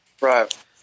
Right